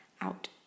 out